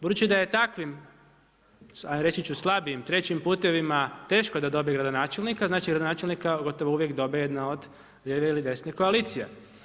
Budući da je takvim, a reći ću slabijim, trećim putevima teško da dobije gradonačelnika znači gradonačelnika gotovo dobije jedna od lijeve ili desne koalicije.